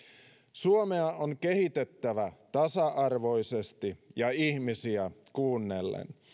suomea on kehitettävä tasa arvoisesti ja ihmisiä kuunnellen